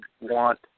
want